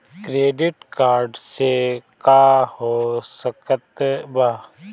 Credit card से का हो सकइत बा?